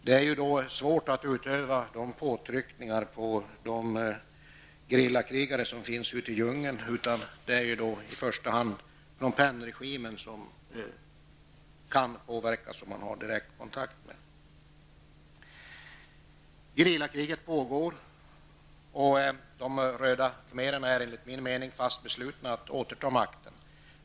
Det är svårt att utöva påtryckningar på de gerillakrigare som finns ute i djungeln, och det är då i första hand Phnom Penh-regimen som kan påverkas, som man har direktkontakt med. Gerillakriget fortsätter, och de röda khmererna är enligt min mening fast beslutna att återta makten.